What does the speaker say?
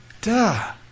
duh